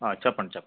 చెప్పండి చెప్పండి